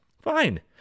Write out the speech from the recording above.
Fine